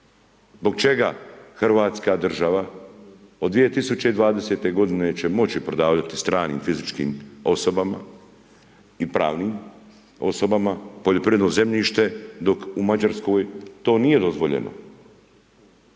Zbog čega Hrvatska država od 2020. godine će moći prodavati stranim fizičkim osobama i pravnim osobama poljoprivredno zemljište, dok u Mađarskoj to nije dozvoljeno?